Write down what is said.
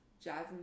Jazz